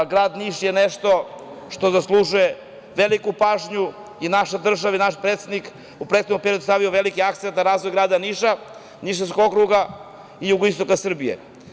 Grad Niš je nešto što zaslužuje veliku pažnju i naša država, naš predsednik u prethodnom periodu je stavio veliki akcenat na razvoj grada Niša, Nišavskog okruga i jugoistoka Srbije.